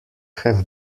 have